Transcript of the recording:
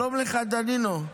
שלום לך, דנינו.